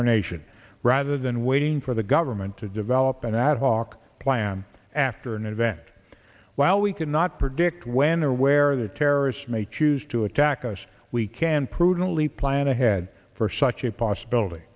our nation rather than waiting for the government to develop an ad hoc plan after an event while we cannot predict when or where the terrorists may choose to attack us we can prudently plan ahead for such a possibility